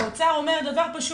האוצר אומר דבר פשוט.